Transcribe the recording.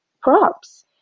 props